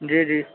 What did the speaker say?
جی جی